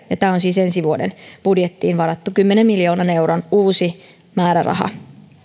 tämä on siis ensi vuoden budjettiin varattu kymmenen miljoonan euron uusi määräraha